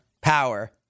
power